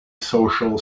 social